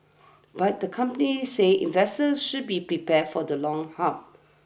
but the company said investors should be prepared for the long haul